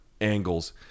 angles